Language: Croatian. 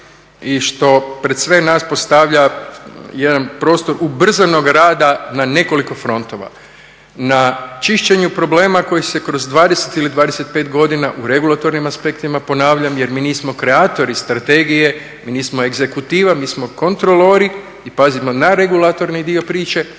i što pred sve nas stavlja jedan prostor ubrzanog rada na nekoliko frontova. Na čišćenju problema koji se kroz 20 ili 25 godina u regulatornim aspektima ponavljam, jer mi nismo kreatori strategije, mi nismo egzekutiva, mi smo kontrolori i pazimo na regulatorni dio priče.